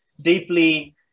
deeply